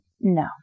No